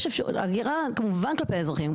אגירה כמובן כלפי האזרחים.